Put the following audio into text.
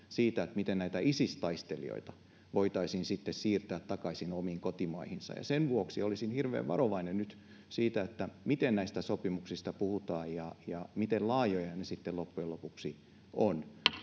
siitä miten näitä isis taistelijoita voitaisiin siirtää takaisin omiin kotimaihinsa sen vuoksi olisin hirveän varovainen nyt siinä miten näistä sopimuksista puhutaan ja ja miten laajoja ne sitten loppujen lopuksi